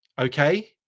okay